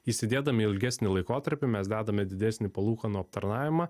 įsidėdami ilgesnį laikotarpį mes dedame didesnį palūkanų aptarnavimą